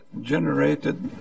generated